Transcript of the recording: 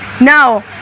Now